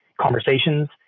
conversations